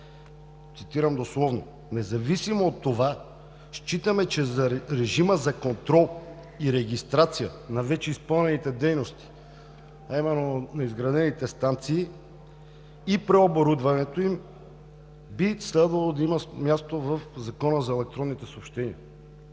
цитирам дословно: „Независимо от това считаме, че режимът за контрол и регистрация на вече изпълнените дейности, а именно изградените станции и преоборудването им, би следвало да имат място в Закона за електронните съобщения“.